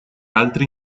altri